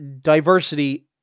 diversity